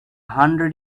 hundred